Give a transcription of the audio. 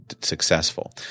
successful